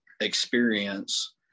experience